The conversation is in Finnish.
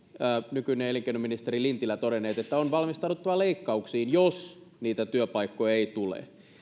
nykyinen elinkeinoministeri lintilä todenneet että on valmistauduttava leikkauksiin jos niitä työpaikkoja ei tule